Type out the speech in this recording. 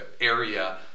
area